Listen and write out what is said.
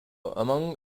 among